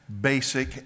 basic